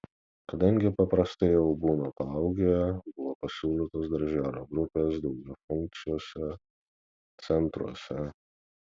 kadangi paprastai jie jau būna paaugę buvo pasiūlytos darželio grupės daugiafunkciuose centruose